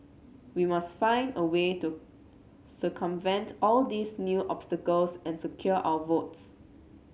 we must find a way to circumvent all these new obstacles and secure our votes